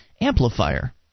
amplifier